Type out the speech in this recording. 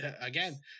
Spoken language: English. Again